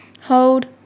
hold